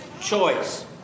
choice